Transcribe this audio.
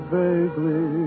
vaguely